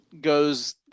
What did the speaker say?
goes